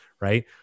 right